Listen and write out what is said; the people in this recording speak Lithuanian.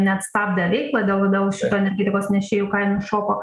net stabdė veiklą dėl dėl šito energetikos nešėjų kainų šoko